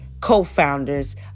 co-founders